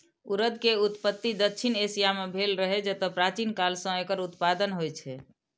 उड़द के उत्पत्ति दक्षिण एशिया मे भेल रहै, जतय प्राचीन काल सं एकर उत्पादन होइ छै